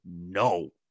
No